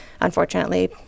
unfortunately